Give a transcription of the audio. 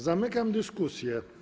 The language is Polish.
Zamykam dyskusję.